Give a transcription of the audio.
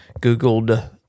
googled